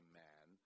man